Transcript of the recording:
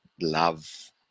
love